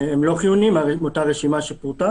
זה אומר שסופר,